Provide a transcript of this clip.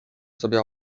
sobie